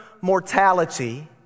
mortality